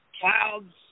clouds